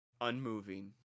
Unmoving